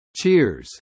Cheers